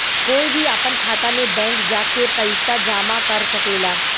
कोई भी आपन खाता मे बैंक जा के पइसा जामा कर सकेला